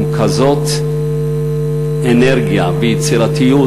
עם כזאת אנרגיה ויצירתיות,